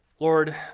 Lord